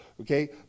okay